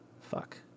Fuck